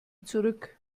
zurück